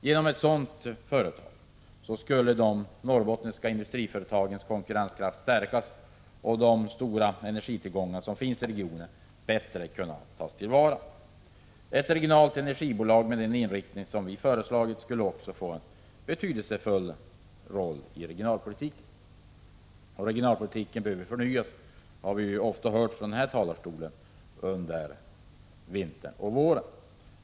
Genom ett sådant företag skulle de norrbottniska industriföretagens konkurrenskraft stärkas och de stora energitillgångarna som finns i regionen bättre kunna tas till vara. Ett regionalt energibolag med den inriktning som vi föreslagit skulle också få en betydelsefull roll i regionalpolitiken. Och regionalpolitiken behöver förnyas, det har vi ju under vintern och våren ofta hört från denna talarstol.